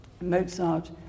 Mozart